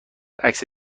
عکس